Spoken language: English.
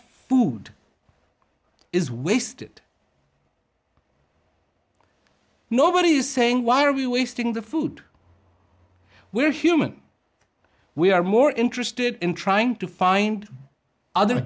food is wasted nobody is saying why are we wasting the food we are human we are more interested in trying to find other